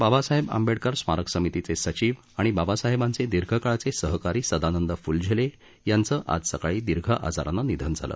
बाबासाहेब आंबेडकर स्मारक समितीचे सचिव आणि बाबासाहेबांचे दीर्घकाळचे सहकारी सदानंद फुलझेले यांचं आज सकाळी दीर्घ आजारानं निधन झालं